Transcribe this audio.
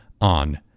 on